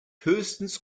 höchstens